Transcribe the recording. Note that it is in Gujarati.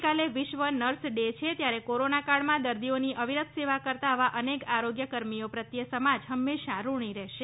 આવતીકાલે વિશ્વ નર્સ ડે છે ત્યારે કોરોનાકાળમાં દર્દીઓની અવિરત સેવા કરતા આવા અનેક આરોગ્યકર્મીઓ પ્રત્યે સમાજ હંમેશા ઋણી રહેશે